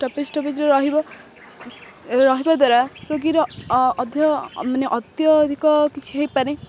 stoppage ଷ୍ଟପେଜରେ ରହିବ ରହିବା ଦ୍ୱାରା ରୋଗୀର ମାନେ ଅତ୍ୟଧିକ କିଛି ହେଇପାରେ